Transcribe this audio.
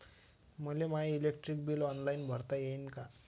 मले माय electric bill online भरता येईन का?